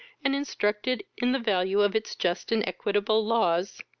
and instructed in the value of its just and equitable laws,